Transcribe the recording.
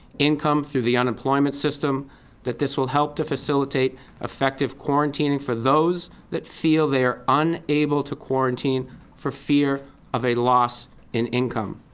income through the unemployment system that this will help facilitate effective quarantining for those that feel they are unable to quarantine for fear of a loss in income.